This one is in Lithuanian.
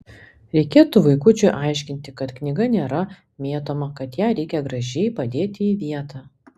reikėtų vaikučiui aiškinti kad knyga nėra mėtoma kad ją reikia gražiai padėti į vietą